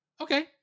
Okay